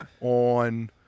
on